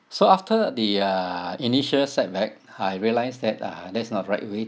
so after the uh initial setback I realise that uh that's not right away